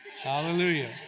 Hallelujah